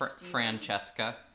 francesca